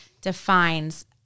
defines